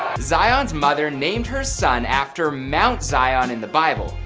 zion's mother named her son after mount zion in the bible,